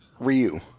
Ryu